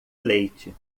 leite